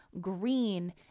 green